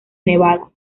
nevadas